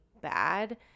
bad